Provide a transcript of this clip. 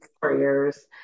prayers